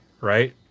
right